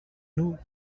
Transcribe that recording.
nous